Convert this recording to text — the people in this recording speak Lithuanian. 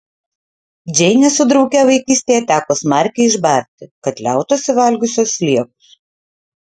džeinę su drauge vaikystėje teko smarkiai išbarti kad liautųsi valgiusios sliekus